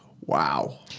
Wow